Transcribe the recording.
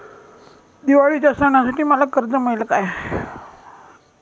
दिवाळीच्या सणासाठी मला कर्ज मिळेल काय?